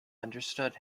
understood